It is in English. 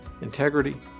integrity